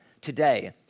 today